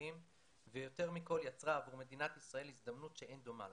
ותעסוקתיים ויותר מכל יצרה עבור מדינת ישראל הזדמנות שאין דומה לה